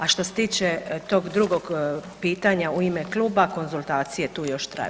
A što se tiče tog drugog pitanja u ime kluba konzultacije tu još traju.